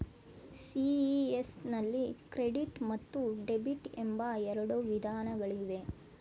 CES ನಲ್ಲಿ credit ಮತ್ತು debit ಎಂಬ ಎರಡು ವಿಧಾನಗಳಿವೆ